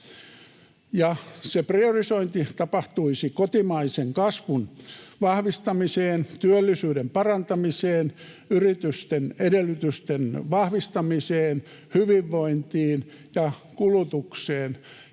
se priorisointi tapahtuisi kotimaisen kasvun vahvistamiseen, työllisyyden parantamiseen, yritysten edellytysten vahvistamiseen, hyvinvointiin ja kulutukseen.